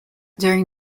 during